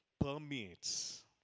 permeates